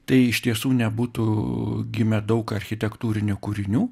tai iš tiesų nebūtų gimę daug architektūrinių kūrinių